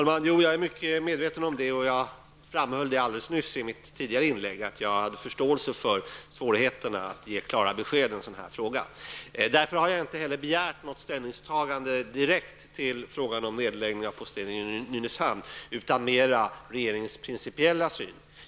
Herr talman! Jag är mycket medveten om det, och jag framhöll alldeles nyss i mitt tidigare inlägg att jag hade förståelse för svårigheterna att ge klara besked i en sådan här fråga. Därför har jag inte heller begärt något direkt ställningstagande till frågan om nedläggning av posteringen i Nynäshamn, utan jag har mer frågat efter regeringens principiella syn.